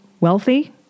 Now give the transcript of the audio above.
wealthy